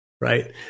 right